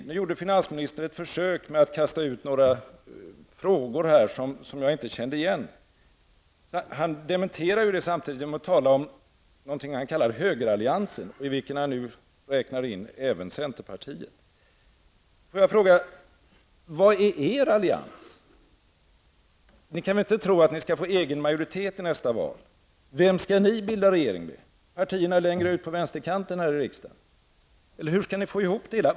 Finansministern gjorde i alla fall ett försök att kasta ut några frågor, även om jag inte kände igen dem. Han dementerade samtidigt genom att tala om högeralliansen, i vilken han nu räknar in även centerpartiet. Får jag fråga: Var är er allians? Ni kan väl inte tro att ni kan få egen majoritet i nästa val? Vem skall ni bilda regering med? Partierna längre ut på vänsterkanten här i riksdagen? Eller hur skall ni få ihop det hela?